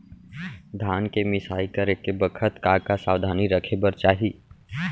धान के मिसाई करे के बखत का का सावधानी रखें बर चाही?